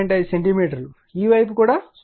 5 centimetre ఈ వైపు కూడా 0